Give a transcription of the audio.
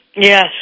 Yes